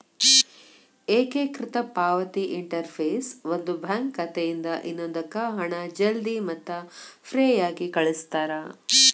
ಏಕೇಕೃತ ಪಾವತಿ ಇಂಟರ್ಫೇಸ್ ಒಂದು ಬ್ಯಾಂಕ್ ಖಾತೆಯಿಂದ ಇನ್ನೊಂದಕ್ಕ ಹಣ ಜಲ್ದಿ ಮತ್ತ ಫ್ರೇಯಾಗಿ ಕಳಸ್ತಾರ